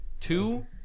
Two